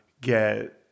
get